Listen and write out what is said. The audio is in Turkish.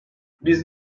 biz